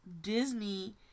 Disney